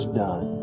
done